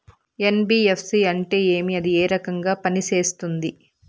NBFC అంటే ఏమి అది ఏ రకంగా పనిసేస్తుంది